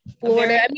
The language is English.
Florida